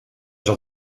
zat